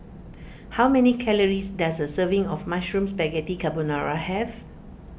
how many calories does a serving of Mushroom Spaghetti Carbonara have